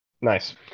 Nice